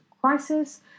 crisis